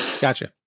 Gotcha